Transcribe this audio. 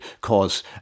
cause